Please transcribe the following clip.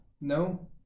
no